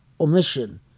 omission